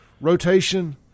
rotation